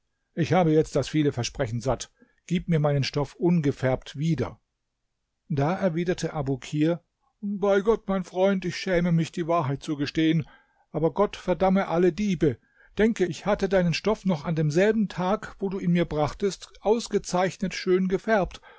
ich habe jetzt das viele versprechen satt gib mir meinen stoff ungefärbt wieder da erwiderte abukir bei gott mein freund ich schäme mich die wahrheit zu gestehen aber gott verdamme alle diebe denke ich hatte deinen stoff noch an demselben tag wo du ihn mir brachtest ausgezeichnet schön gefärbt